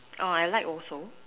I like also